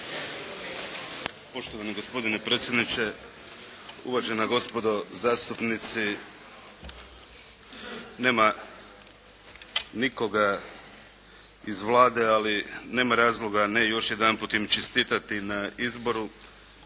Poštovani gospodine predsjedniče, uvažena gospodo zastupnici. Nema nikoga iz Vlade ali nema razloga ne još jedanput im čestitati na izboru.